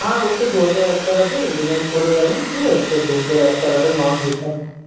হ্যাঁ ওই তো দুহাজার এক টাকা দিয়ে এগ্রিমেন্ট করে যাবেন ঠিক আছে স্যার দুহাজার এক টাকাটা নন রিফান্ডেবেল